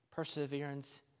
Perseverance